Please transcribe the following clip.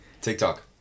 TikTok